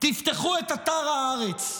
תפתחו את אתר הארץ.